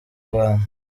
rwanda